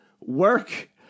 work